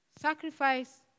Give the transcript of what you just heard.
Sacrifice